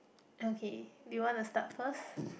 okay do you want to start first